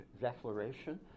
Declaration